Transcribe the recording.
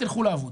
לכו לעבוד.